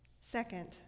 Second